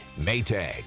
Maytag